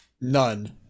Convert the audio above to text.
None